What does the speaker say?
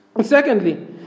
Secondly